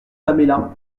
paméla